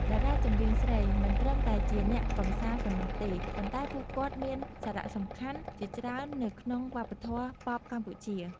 តារាចម្រៀងស្រីមិនត្រឹមតែជាអ្នកកម្សាន្តប៉ុណ្ណោះទេ ប៉ុន្តែពួកគាត់មាន សារៈសំខាន់ ជាច្រើននៅក្នុងវប្បធម៌ប៉ុបកម្ពុជា។